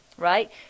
right